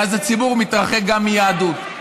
ואז הציבור מתרחק גם מיהדות.